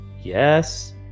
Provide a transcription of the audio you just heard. Yes